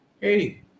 hey